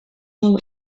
blow